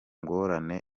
ngorane